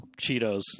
cheetos